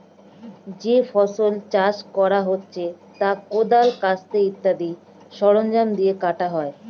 যে ফসল চাষ করা হচ্ছে তা কোদাল, কাস্তে ইত্যাদি সরঞ্জাম দিয়ে কাটা হয়